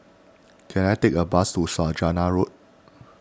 can I take a bus to Saujana Road